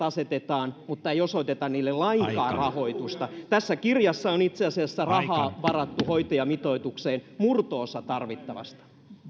asetetaan velvoitteita mutta ei osoiteta niille lainkaan rahoitusta tässä kirjassa on itse asiassa rahaa varattu hoitajamitoitukseen murto osa tarvittavasta